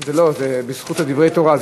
זה בזכות דברי התורה.